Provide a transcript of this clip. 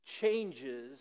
changes